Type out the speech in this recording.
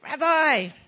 Rabbi